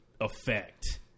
effect